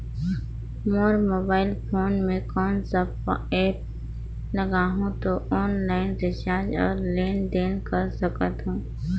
मोर mobile phone मे कोन सा एप्प लगा हूं तो ऑनलाइन रिचार्ज और लेन देन कर सकत हू?